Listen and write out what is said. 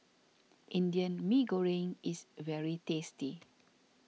Indian Mee Goreng is very tasty